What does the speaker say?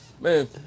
Man